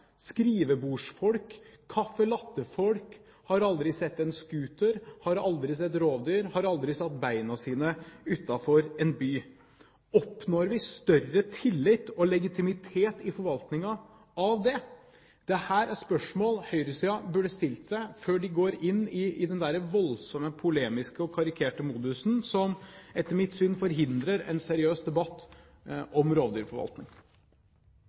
skrivebordsfolk, caffè latte-folk, har aldri sett en scooter, har aldri sett rovdyr, har aldri satt beina sine utenfor en by? Oppnår vi større tillit og legitimitet i forvaltningen av det? Dette er spørsmål høyresiden burde ha stilt seg før de går inn i den voldsomme, polemiske og karikerte modusen, som, etter mitt syn, forhindrer en seriøs debatt om rovdyrforvaltning.